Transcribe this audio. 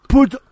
Put